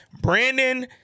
Brandon